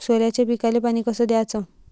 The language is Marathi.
सोल्याच्या पिकाले पानी कस द्याचं?